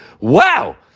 wow